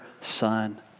son